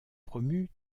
promu